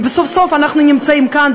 וסוף-סוף אנחנו נמצאים כאן,